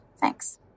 Thanks